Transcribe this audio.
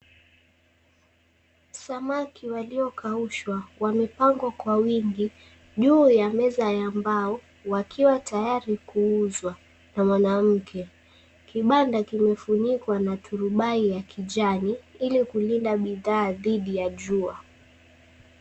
Samaki waliokaushwa wamepangwa kwa wingi juu ya meza ya mbao wakiwa tayari kuuzwa na mwanamke. Kibanda kimefunikwa na turubai ya kijani ili kulinda bidhaa dhidi ya jua.